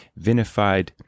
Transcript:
vinified